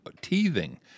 teething